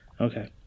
Okay